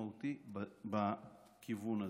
ומשמעותי בכיוון הזה.